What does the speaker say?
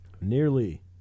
Nearly